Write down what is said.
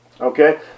Okay